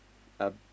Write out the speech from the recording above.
uh